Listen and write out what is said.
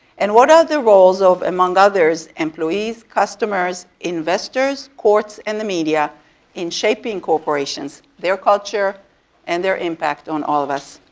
and what are the roles of among others, employees, customers, investors, courts, and the media in shaping corporations, their culture and their impact on all of us.